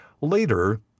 Later